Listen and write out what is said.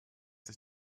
sich